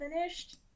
finished